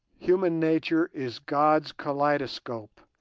human nature is god's kaleidoscope,